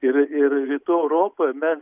ir ir rytų europoj mes